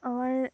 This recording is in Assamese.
আমাৰ